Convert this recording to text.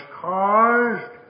caused